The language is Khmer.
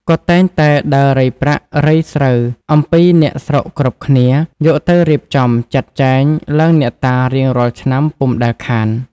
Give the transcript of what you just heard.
គាត់តែងតែដើររៃប្រាក់ រៃស្រូវអំពីអ្នកស្រុកគ្រប់គ្នា យកទៅរៀបចំ ចាត់ចែងឡើងអ្នកតារៀងរាល់ឆ្នាំពុំដែលខាន ។